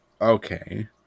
okay